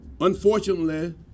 Unfortunately